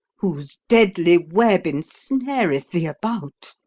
whose deadly web ensnareth thee about?